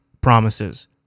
promises